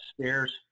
stairs